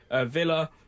Villa